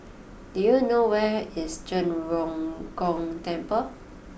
do you know where is Zhen Ren Gong Temple